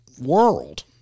world